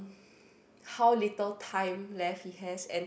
how little time left he has and